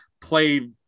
play